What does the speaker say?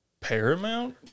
Paramount